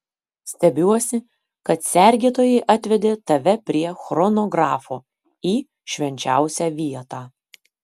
stebiuosi kad sergėtojai atvedė tave prie chronografo į švenčiausią vietą